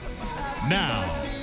Now